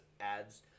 ads